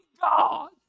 God